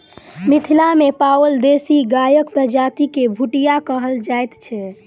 मिथिला मे पाओल देशी गायक प्रजाति के भुटिया कहल जाइत छै